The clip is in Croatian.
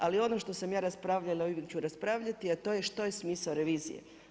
Ali ono što sam ja raspravljala ili ću raspravljati, a to je što je smisao revizije.